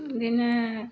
बिदिनो